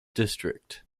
district